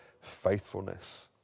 faithfulness